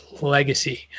Legacy